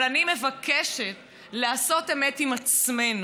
אבל אני מבקשת לעשות אמת עם עצמנו.